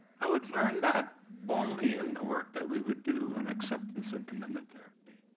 i would learn that only in the work that we would do in acceptance and commitment therapy,